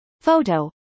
Photo